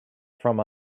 from